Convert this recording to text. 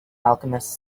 alchemist